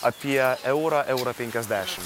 apie eurą eurą penkiasdešimt